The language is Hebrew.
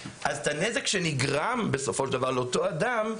אז את הנזק שנגרם בסופו של דבר לאותו אדם,